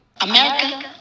America